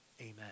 amen